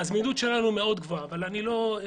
לנו הוא לא יכול